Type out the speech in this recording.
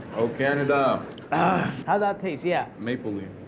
oh, canada. how'd that taste? yeah? mapley.